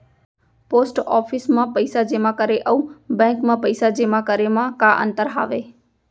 post office मा पइसा जेमा करे अऊ बैंक मा पइसा जेमा करे मा का अंतर हावे